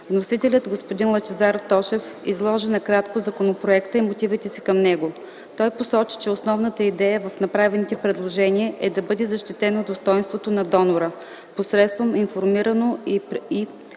Вносителят господин Лъчезар Тошев, изложи накратко законопроекта и мотивите си към него. Той посочи, че основната идея в направените предложения е да бъде защитено достойнството на донора посредством информирано и